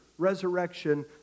resurrection